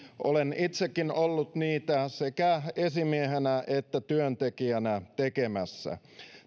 olen itsekin ollut niitä sekä esimiehenä että työntekijänä tekemässä